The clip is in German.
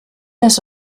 das